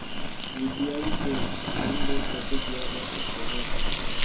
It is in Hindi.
यु.पी.आई से लेनदेन कैसे किया जा सकता है?